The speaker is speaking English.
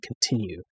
continue